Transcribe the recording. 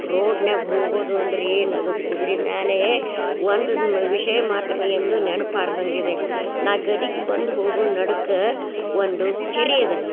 ರೋಡ್ನ್ಯಾಗ ಹೋಗೋದು ಅಂದರೆ ಏನದು ಕುದ್ರೆ ಮ್ಯಾಲೆ ಒಂದು ವಿಷಯ ಮಾತನ್ನ ಎಂದು ನೆನ್ಪು ಆರ್ಲ್ದಂಗೆ ಇದೆ ನಾ ಗದಿಗೆ ಬಂದು ಹೋಗೋ ನಡುಕ್ಕ ಒಂದು ಕೆರಿ ಅದ